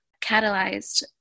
catalyzed